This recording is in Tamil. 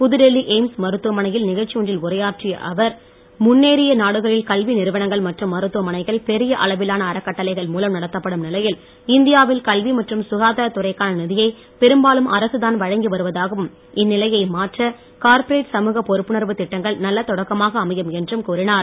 புதுடெல்லி எய்ம்ஸ் மருத்துவமனையில் நிகழ்ச்சி ஒன்றில் உரையாற்றிய அவர் முன்னேறிய நாடுகளில் கல்வி நிறுவனங்கள் மற்றும் மருத்துவமனைகள் பெரிய அளவிலான அறக்கட்டளைகள் மூலம் நடத்தப்படும் நிலையில் இந்தியாவில் கல்வி மற்றும் சுகாதாரத் துறைக்கான நிதியை பெரும்பாலும் அரசுதான் வழங்கி வருவதாகவும் இந்நிலையை மாற்ற கார்ப்ரேட் சமுக பொறுப்புணர்வு திட்டங்கள் நல்ல தொடக்கமாக அமையும் என்றும் கூறினார்